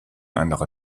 anderer